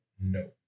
no